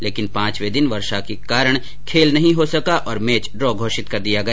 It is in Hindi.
लेकिन पांचवे दिन वर्षा के कारण खेल नहीं हो सका और मैच डॉ घोषित कर दिया गया